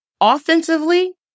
offensively